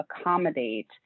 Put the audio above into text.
accommodate